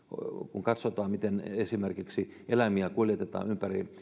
kun katsotaan miten esimerkiksi eläimiä kuljetetaan